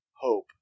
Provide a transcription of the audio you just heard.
hope